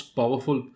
powerful